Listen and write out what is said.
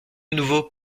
nouveau